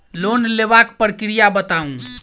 Loan लेबाक प्रक्रिया बताऊ?